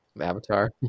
Avatar